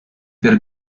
per